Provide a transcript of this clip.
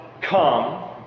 come